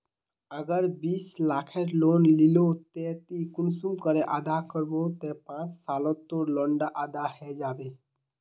अगर बीस लाखेर लोन लिलो ते ती कुंसम करे अदा करबो ते पाँच सालोत तोर लोन डा अदा है जाबे?